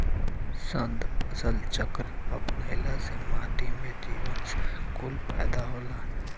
सघन फसल चक्र अपनईला से माटी में जीवांश कुल पैदा होला